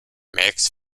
makes